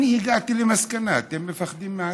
אני הגעתי למסקנה: אתם מפחדים מעצמכם.